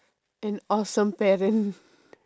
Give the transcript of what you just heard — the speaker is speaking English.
an awesome parent